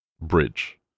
Bridge